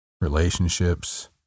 relationships